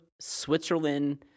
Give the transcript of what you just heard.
Switzerland